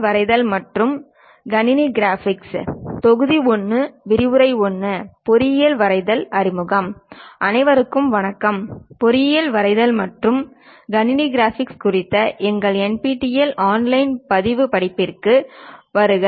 விரிவுரை 01 பொறியியல் வரைதல் அறிமுகம் அனைவருக்கும் வணக்கம் பொறியியல் வரைதல் மற்றும் கணினி கிராபிக்ஸ் குறித்த எங்கள் NPTEL ஆன்லைன் பதிவு பாடத்திற்கு வருக